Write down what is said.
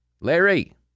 Larry